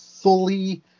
fully